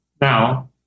now